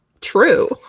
true